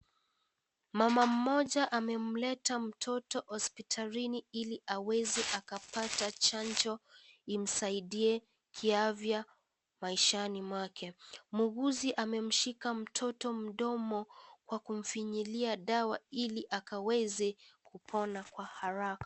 Mama mmoja amemleta mtoto hospitalini ili akaweze kupata chanjo imsaidie kiafya maishani mwake, muuguzi amemshika mtoto mdomo kwa kumfinyilia dawa ili akaweze kupona kwa haraka.